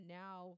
now